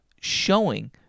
showing